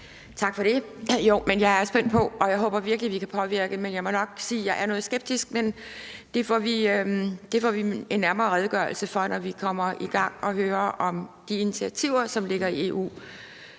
Tak for det. Jeg er spændt på det, og jeg håber virkelig, at vi kan påvirke det. Jeg må nok sige, at jeg er noget skeptisk, men det får vi en nærmere redegørelse for, når vi kommer i gang og hører om de initiativer, som ligger i EU.